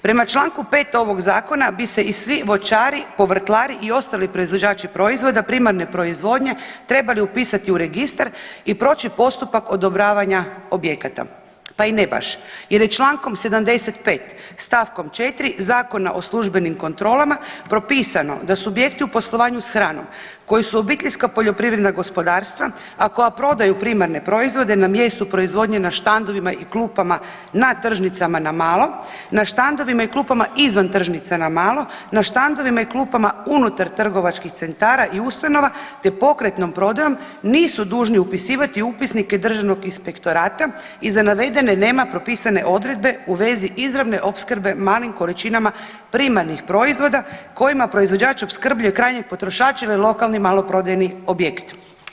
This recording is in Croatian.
Prema Članku 5. ovog zakona bi se i svi voćari, povrtlari i ostali proizvođači proizvoda primarne proizvodnje trebali upisati u registar i proći postupak odobravanja objekata, pa i ne baš jer je Člankom 75. stavkom 4. Zakona o službenim kontrolama propisano da subjekti u poslovanju s hranom koji su obiteljska poljoprivredna gospodarstva, a koja prodaju primarne proizvode na mjestu proizvodnje na štandovima i klupama na tržnicama na malo, na štandovima i klupama izvan tržnica na malo, na štandovima i klupama unutar trgovačkih centara i ustanova te pokretnom prodajom nisu dužni upisivati upisnike Državnog inspektorata i za navedene nema propisane odredbe u vezi izravne opskrbe malim količinama primarnih proizvoda kojima proizvođač opskrbljuje krajnjeg potrošača ili lokalni maloprodajni objekt.